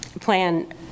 plan